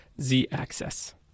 z-axis